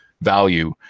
value